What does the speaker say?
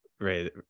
right